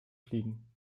fliegen